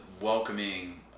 welcoming